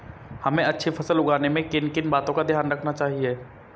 हमें अच्छी फसल उगाने में किन किन बातों का ध्यान रखना चाहिए?